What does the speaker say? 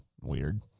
Weird